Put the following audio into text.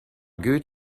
good